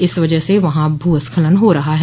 इस वजह से यहां भूस्खलन हो रहा है